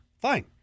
fine